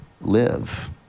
live